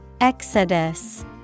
Exodus